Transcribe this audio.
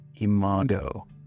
Imago